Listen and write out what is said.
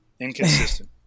Inconsistent